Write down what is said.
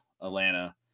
Atlanta